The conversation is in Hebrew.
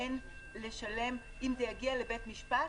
אין לשלם, אם זה יגיע לבית משפט,